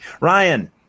Ryan